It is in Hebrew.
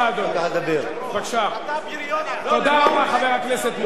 אתה בריון, תודה רבה, חבר הכנסת מולה.